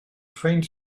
faint